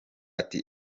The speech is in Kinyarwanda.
ati